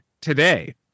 today